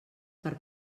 per